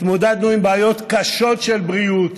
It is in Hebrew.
התמודדנו עם בעיות קשות של בריאות,